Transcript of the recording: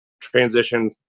transition